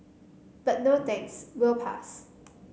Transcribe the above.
but no thanks we'll pass